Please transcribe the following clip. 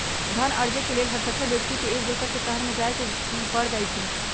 धन अरजे के लेल हरसठ्हो व्यक्ति के एक दोसर के शहरमें जाय के पर जाइ छइ